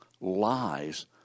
lies